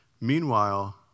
Meanwhile